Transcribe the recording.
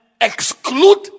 exclude